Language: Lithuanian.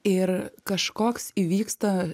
ir kažkoks įvyksta